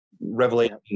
Revelation